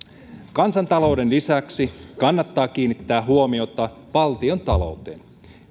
kansantalouden lisäksi kannattaa kiinnittää huomiota valtiontalouteen